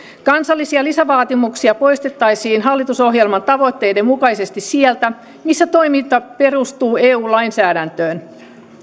kansallisia lisävaatimuksia poistettaisiin hallitusohjelman tavoitteiden mukaisesti sieltä missä toiminta perustuu eu lainsäädäntöön